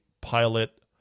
pilot